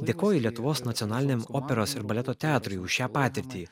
dėkoju lietuvos nacionaliniam operos ir baleto teatrui už šią patirtį